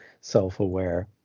Self-aware